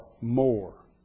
more